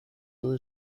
todo